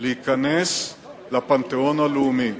להיכנס לפנתיאון הלאומי,